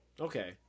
Okay